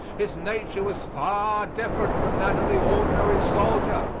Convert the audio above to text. his nature was far different from that of the ordinary soldier.